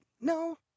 No